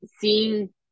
seeing